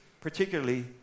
particularly